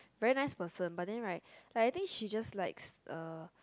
very nice person but then right like I think she just likes er